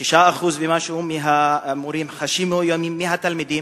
6% ומשהו מהמורים חשים מאוימים מהתלמידים.